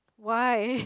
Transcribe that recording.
why